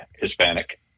Hispanic